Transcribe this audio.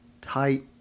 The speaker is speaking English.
tight